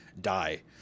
die